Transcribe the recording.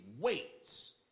weights